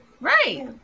right